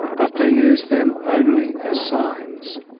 but they use them only as signs.